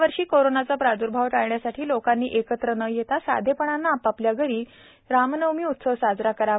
यावर्षी कोरोनाचा प्राद्र्भाव टाळण्यासाठी लोकांनी एकत्र न येता साधेपणाने आपआपल्या घरी साधेपणाने श्रीरामनवमी उत्सव साजरा करावा